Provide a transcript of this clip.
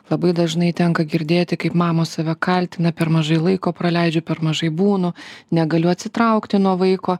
labai dažnai tenka girdėti kaip mamos save kaltina per mažai laiko praleidžiu per mažai būnu negaliu atsitraukti nuo vaiko